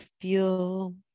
feel